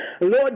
Lord